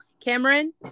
Cameron